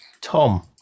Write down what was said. Tom